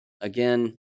Again